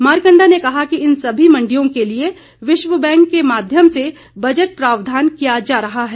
मारकंडा ने कहा कि इन सभी मंडियों के लिए विश्व बैंक के माध्यम से बजट प्रावधान किया जा रहा है